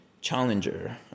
challenger